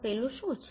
પેલું શું છે